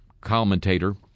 commentator